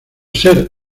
ser